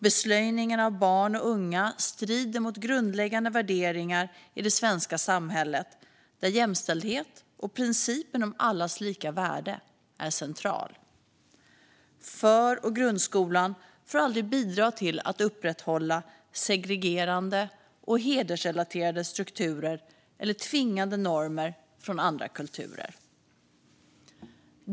Beslöjningen av barn och unga strider mot grundläggande värderingar i det svenska samhället, där jämställdhet och principen om allas lika värde är centralt. För och grundskolan får aldrig bidra till att upprätthålla segregerande och hedersrelaterade strukturer eller tvingande normer från andra kulturer.